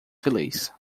feliz